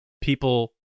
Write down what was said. People